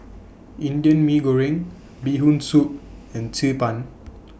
Indian Mee Goreng Bee Hoon Soup and Xi Ban